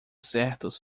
certos